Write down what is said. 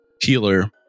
healer